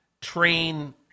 train